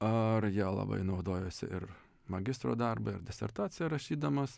ar ja labai naudojausi ir magistro darbą ir disertaciją rašydamas